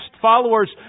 followers